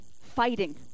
fighting